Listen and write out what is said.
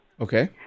Okay